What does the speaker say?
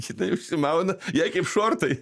jinai užsimauna jai kaip šortai